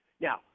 Now